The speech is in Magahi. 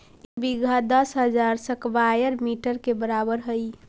एक बीघा दस हजार स्क्वायर मीटर के बराबर हई